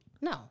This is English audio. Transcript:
No